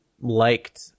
liked